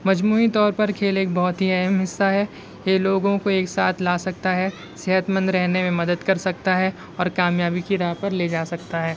مجموعی طور پر کھیل ایک بہت ہی اہم حصہ ہے یہ لوگوں کو ایک ساتھ لا سکتا ہے صحت مند رہنے میں مدد کر سکتا ہے اور کامیابی کی راہ پر لے جا سکتا ہے